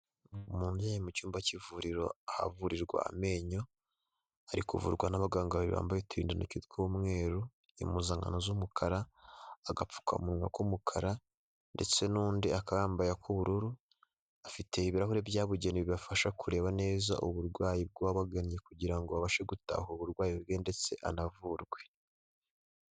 Umubyeyi mu cyumba cy'ivuriro ahavurirwa amenyo, ari kuvurwa n'abaganga babiri bambaye uturintoki tw'umweru, impuzankano z'umukara, agapfukamunwa k'umukara, ndetse n'undi akambaye ak'ubururu, afite ibirahuri byabugenewe bibafasha kureba neza uburwayi bw'uwabagannye, kugira ngo babashe gutahura uburwayi bwe ndetse anavurwe.